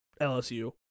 LSU